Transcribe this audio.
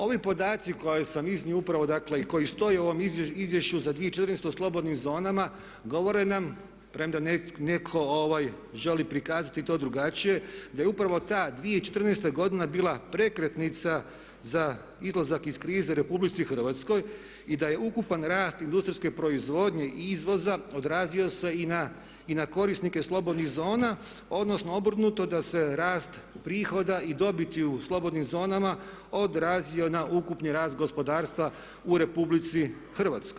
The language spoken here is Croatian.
Ovi podaci koje sam iznio upravo i koji stoje u ovom Izvješću za 2014. o slobodnim zonama govore nam, premda netko želi prikazati to drugačije, da je upravo ta 2014. godina bila prekretnica za izlazak iz krize RH i da je ukupan rast industrijske proizvodnje i izvoza odrazio se i na korisnike slobodnih zona odnosno obrnuto, da se rast prihoda i dobiti u slobodnim zonama odrazio na ukupni rast gospodarstva u RH.